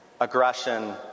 aggression